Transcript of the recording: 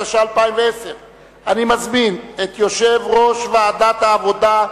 התש"ע 2010. אני מזמין את יושב-ראש ועדת העבודה,